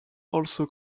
also